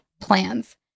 PLANS